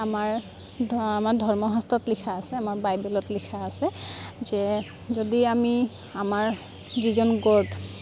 আমাৰ আমাৰ ধৰ্ম শাস্ত্ৰত লিখা আছে আমাৰ বাইবেলত লিখা আছে যে যদি আমি আমাৰ যিজন গড